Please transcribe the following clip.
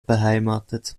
beheimatet